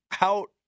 out